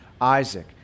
Isaac